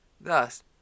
Thus